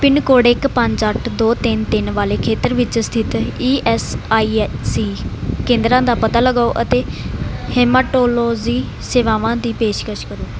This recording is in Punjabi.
ਪਿੰਨ ਕੋਡ ਇੱਕ ਪੰਜ ਅੱਠ ਦੋ ਤਿੰਨ ਤਿੰਨ ਵਾਲੇ ਖੇਤਰ ਵਿੱਚ ਸਥਿਤ ਈ ਐੱਸ ਆਈ ੲ ਸੀ ਕੇਂਦਰਾਂ ਦਾ ਪਤਾ ਲਗਾਓ ਅਤੇ ਹੇਮਾਟੋਲੋਜੀ ਸੇਵਾਵਾਂ ਦੀ ਪੇਸ਼ਕਸ਼ ਕਰੋ